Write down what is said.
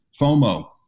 FOMO